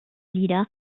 lieder